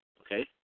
okay